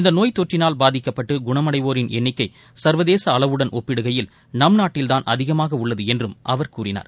இந்த நோய் தொற்றினால் பாதிக்கப்பட்டு குணமடைவோரின் எண்ணிக்கை சர்வதேச அளவுடன் ஒப்பிடுகையில் நம் நாட்டில்தான் அதிகமாக உள்ளது என்றும் அவர் கூறினார்